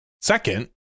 second